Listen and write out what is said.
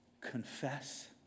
confess